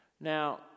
Now